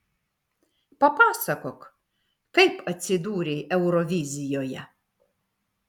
papasakok kaip atsidūrei eurovizijoje